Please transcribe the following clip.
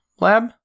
lab